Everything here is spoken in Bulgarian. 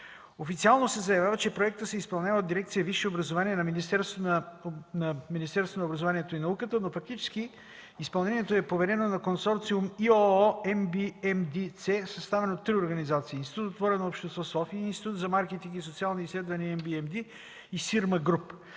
Официално се заявява, че проектът се изпълнява от дирекция „Висше образование” на Министерството на образованието и науката, но практически изпълнението е поверено на Консорциум „ИОО-МБМД-С“, съставен от три организации – Институт „Отворено общество“ – София, Институт за маркетинг и социални изследвания МБМД и „Сирма Груп”.